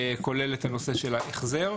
כולל את הנושא של ההחזר.